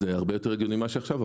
זה הרבה יותר הגיוני ממה שקורה עכשיו,